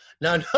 now